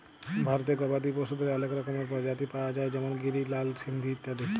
ভারতে গবাদি পশুদের অলেক রকমের প্রজাতি পায়া যায় যেমল গিরি, লাল সিন্ধি ইত্যাদি